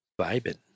Vibing